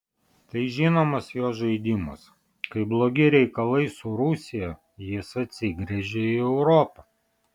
tai žinomas jo žaidimas kai blogi reikalai su rusija jis atsigręžia į europą